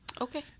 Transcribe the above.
Okay